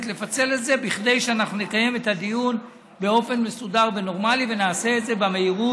כדי לקיים את הדיון באופן נורמלי ומסודר ושהוא ימצה את העניין,